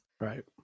Right